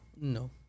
No